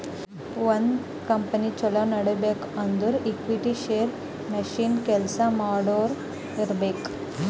ಒಂದ್ ಕಂಪನಿ ಛಲೋ ನಡಿಬೇಕ್ ಅಂದುರ್ ಈಕ್ವಿಟಿ, ಶೇರ್, ಮಷಿನ್, ಕೆಲ್ಸಾ ಮಾಡೋರು ಇರ್ಬೇಕ್